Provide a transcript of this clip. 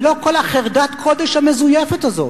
ולא כל חרדת הקודש המזויפת הזאת.